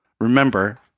Remember